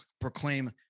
proclaim